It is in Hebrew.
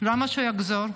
למה שיחזור?